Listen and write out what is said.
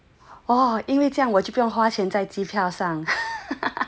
哦因为这样我就不用花钱在机票上